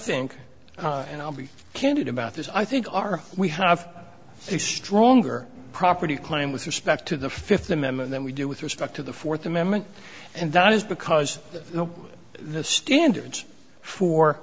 think and i'll be candid about this i think our we have a stronger property claim with respect to the fifth amendment than we do with respect to the fourth amendment and that is because the standards for